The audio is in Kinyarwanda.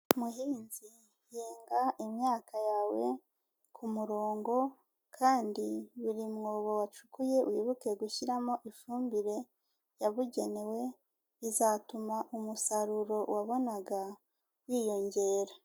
Muhinzi, hinga imyaka yawe ku murongo kandi buri mwobo wacukuye wibuke gushyiramo ifumbire yabugenewe, bizatuma umusaruro wabonaga wiyongera.